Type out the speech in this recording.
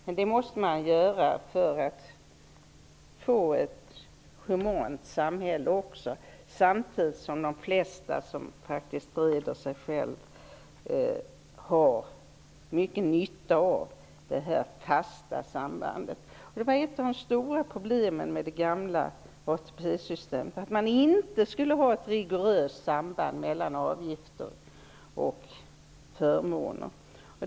Man måste göra detta för att få ett humant samhälle, samtidigt som de flesta som reder sig själva har mycket nytta av det fasta sambandet. Det var ett av de stora problemen med det gamla ATP-systemet, dvs. att det inte skulle finnas ett rigoröst samband mellan avgifter och förmåner.